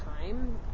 time